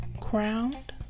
crowned